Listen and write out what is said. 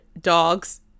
dogs